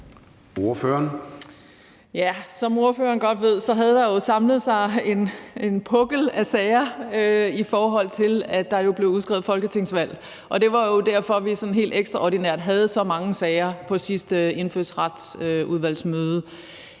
Som ordføreren godt ved, havde der samlet sig en pukkel af sager, i forbindelse med at der blev udskrevet folketingsvalg, og det var jo derfor, at vi sådan helt ekstraordinært havde så mange sager på sidste indfødsretsudvalgsmøde.